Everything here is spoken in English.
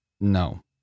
No